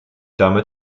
damit